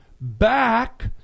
back